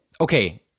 okay